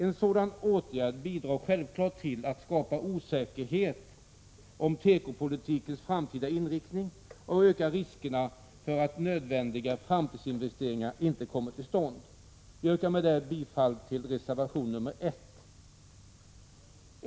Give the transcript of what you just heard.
En sådan åtgärd bidrar självfallet till att skapa osäkerhet om tekopolitikens framtida inrikt 47 ning och ökar riskerna för att nödvändiga framtidsinvesteringar inte kommer till stånd. Jag yrkar med detta bifall till reservation 1.